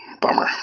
bummer